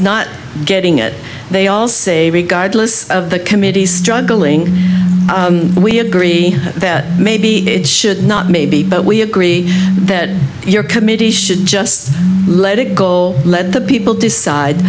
not getting it they all say regardless of the committee struggling we agree that maybe not maybe but we agree that your committee should just let it go let the people decide